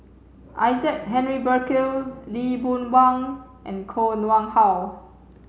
Isaac Henry Burkill Lee Boon Wang and Koh Nguang How